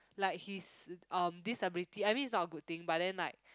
like his um disability I mean it's not a good thing but then like